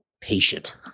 patient